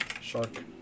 Shark